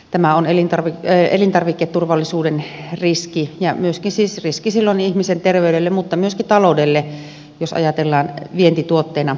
tämä on elintarviketurvallisuuden riski ja myöskin siis riski silloin ihmisen terveydelle mutta myöskin taloudelle jos ajatellaan vientituotteina elintarvikkeita